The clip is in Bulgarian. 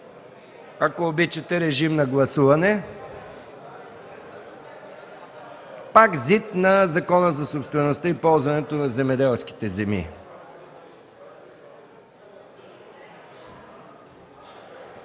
Ако обичате, прегласуване на ЗИД на Закона за собствеността и ползването на земеделските земи,